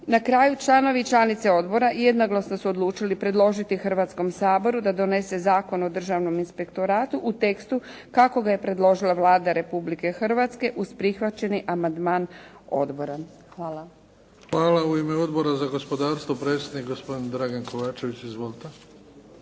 Na kraju članovi i članice odbora jednoglasno su odlučili predložili Hrvatskom saboru da donese Zakon o Državnom inspektoratu u tekstu kako ga je predložila Vlada Republike Hrvatske uz prihvaćeni amandman odbora. Hvala. **Bebić, Luka (HDZ)** Hvala. U ime Odbora za gospodarstvo, predsjednik, gospodin Dragan Kovačević. Izvolite.